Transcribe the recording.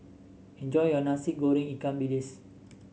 enjoy your Nasi Goreng Ikan Bilis